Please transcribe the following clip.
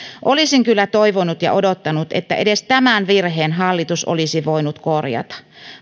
olisin kyllä toivonut ja odottanut että edes tämän virheen hallitus olisi voinut korjata